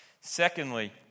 Secondly